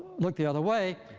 look the other way,